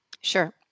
Sure